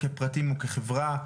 כפרטים וכחברה.